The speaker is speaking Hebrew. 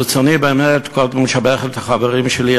ברצוני באמת קודם כול לשבח את החברים שלי,